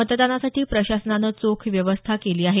मतदानासाठी प्रशासनानं चोख व्यवस्था केली आहे